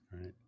Right